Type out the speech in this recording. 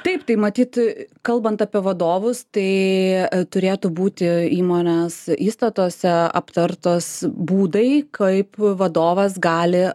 taip tai matyt kalbant apie vadovus tai turėtų būti įmonės įstatuose aptartos būdai kaip vadovas gali